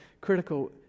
critical